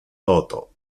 toto